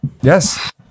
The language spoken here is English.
Yes